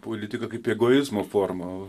politika kaip egoizmo forma